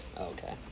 okay